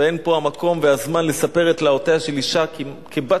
ואין פה המקום והזמן לספר את תלאותיה של אשה כבת